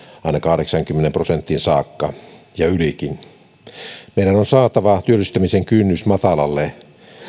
aina kahdeksaankymmeneen prosenttiin saakka ja ylikin meidän on saatava työllistämisen kynnys matalalle